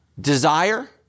Desire